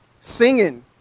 singing